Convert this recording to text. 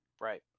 Right